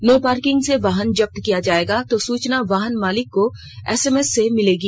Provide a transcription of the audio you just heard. no parking से वाहन जब्त किया जाएगा तो सूचना वाहन मालिक को एसएमएस से मिलेगी